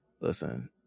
Listen